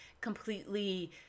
completely